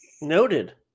noted